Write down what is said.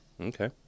Okay